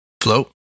Float